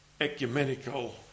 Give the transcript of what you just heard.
ecumenical